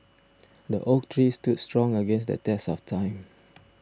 the oak tree stood strong against the test of time